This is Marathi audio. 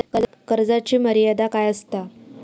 कर्जाची मर्यादा काय असता?